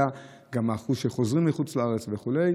וממילא גם האחוז של החוזרים מחוץ לארץ וכו'.